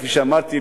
כפי שאמרתי,